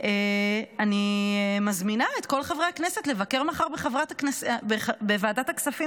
ואני מזמינה את כל חברי הכנסת לבקר מחר בוועדת הכספים.